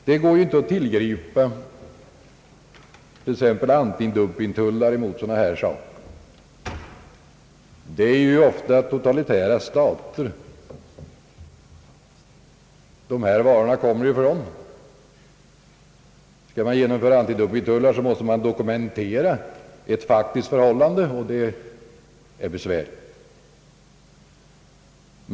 Det går ju inte att tillgripa t.ex. antidumpingtullar mot sådana här företeelser. Dessa varor kommer ofta från totalitära stater. Skall man genomföra antidumpingtullar, måste man kunna dokumentera ett faktiskt förhållande, och det är besvärligt.